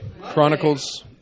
Chronicles